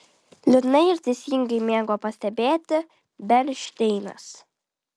liūdnai ir teisingai mėgo pastebėti bernšteinas